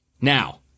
Now